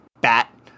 bat